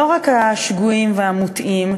לא רק השגויים והמוטעים,